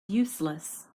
useless